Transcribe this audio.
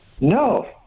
No